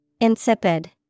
Insipid